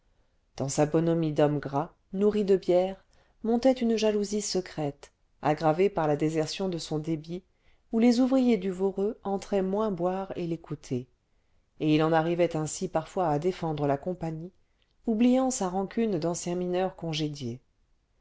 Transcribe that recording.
dans sa bonhomie d'homme gras nourri de bière montait une jalousie secrète aggravée par la désertion de son débit où les ouvriers du voreux entraient moins boire et l'écouter et il en arrivait ainsi parfois à défendre la compagnie oubliant sa rancune d'ancien mineur congédié